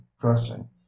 dressing